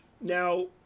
Now